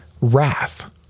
wrath